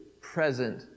present